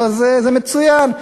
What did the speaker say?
אז זה מצוין.